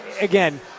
again